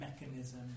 mechanism